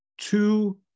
two